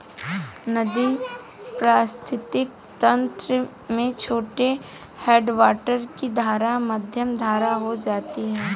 नदी पारिस्थितिक तंत्र में छोटे हैडवाटर की धारा मध्यम धारा हो जाती है